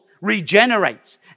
regenerates